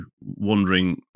wondering